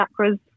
chakras